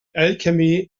alchemy